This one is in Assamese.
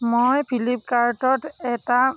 মই ফিলিপকাৰ্টত এটা